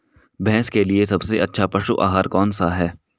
भैंस के लिए सबसे अच्छा पशु आहार कौनसा है?